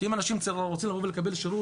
כי אם אנשים רוצים לבוא לקבל שירות,